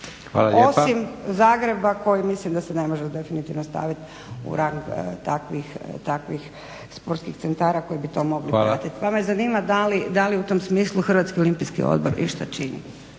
Osim Zagreba koji mislim da se ne može definitivno stavit u rang takvih sportskih centara koji bi to mogli … pa me zanima da li u tom smislu Hrvatski olimpijski odbor išta čini.